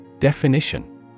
Definition